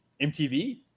MTV